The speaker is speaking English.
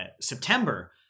September